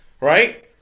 right